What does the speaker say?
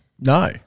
No